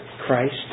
Christ